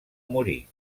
morir